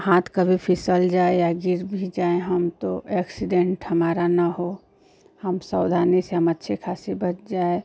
हाथ कभी फिसल जाएँ या गिर भी जाएँ हम तो एक्सीडेन्ट हमारा न हो हम सावधानी से हम अच्छे खासे बच जाएँ